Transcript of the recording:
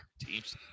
teams